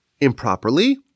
improperly